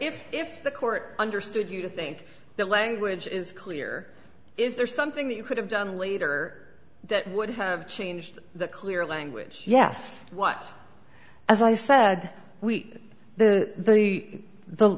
but if the court understood you to think that language is clear is there something that you could have done later that would have changed the clear language yes what as i said we the the the